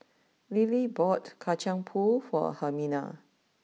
Lilie bought Kacang Pool for Hermina